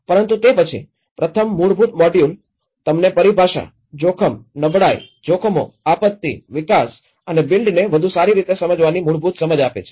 પરંતુ તે પછી પ્રથમ મૂળભૂત મોડ્યુલ તમને પરિભાષા જોખમ નબળાઈ જોખમો આપત્તિ વિકાસ અને બિલ્ડને વધુ સારી રીતે સમજવાની મૂળભૂત સમજ આપે છે